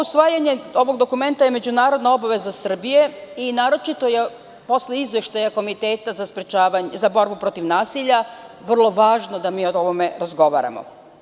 Usvajanje ovog dokumenta je međunarodna obaveza Srbije i naročito posle Izveštaja Komiteta za borbu protiv nasilja vrlo važno da o ovome razgovaramo.